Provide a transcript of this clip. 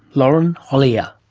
lauren hollier.